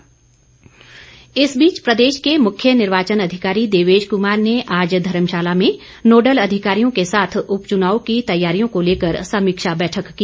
देवेश कुमार इस बीच प्रदेश के मुख्य निर्वाचन अधिकारी देवेश कुमार ने आज धर्मशाला में नोडल अधिकारियों के साथ उपचुनाव की तैयारियों को लेकर समीक्षा बैठक की